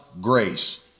grace